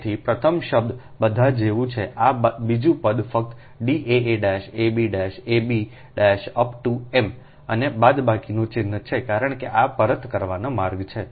તેથી પ્રથમ શબ્દ બધા જેવું છે આ બીજું પદ ફક્ત D aa ab ab up to m અને બાદબાકીનું ચિહ્ન છે કારણ કે આ પરત કરવાનો માર્ગ છે